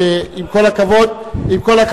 עם כל הכבוד,